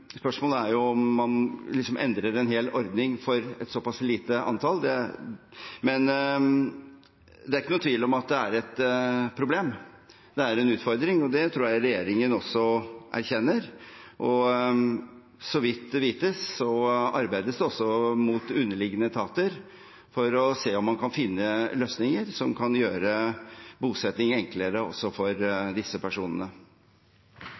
Spørsmålet er om man endrer en hel ordning for et såpass lite antall. Det er ingen tvil om at det er et problem og en utfordring, og det tror jeg regjeringen også erkjenner. Så vidt vites arbeides det mot underliggende etater for å se om man kan finne løsninger som kan gjøre bosetting enklere også for disse personene.